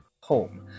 home